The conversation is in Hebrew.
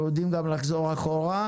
אנחנו יודעים גם לחזור אחורה.